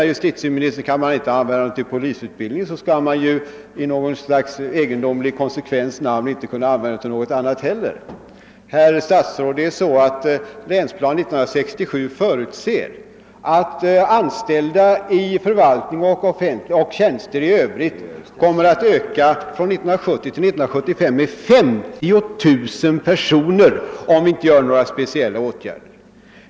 Justitieministern menar att om man inte kan använda dem för polisutbildning, kan man i konsekvens därmed inte använda dem till något annat heller. Länsplanering 67 förutser, herr statsråd, att anställda i förvaltning och tjänster i övrigt kommer att från 1970 till 1975 öka med 50 000 personer, om vi inte vidtar några speciella åtgärder.